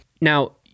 Now